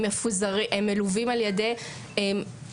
הם מלווים על ידי עשרות